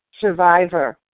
survivor